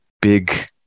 big